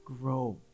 grow